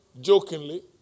jokingly